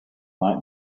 might